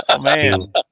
Man